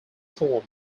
form